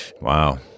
Wow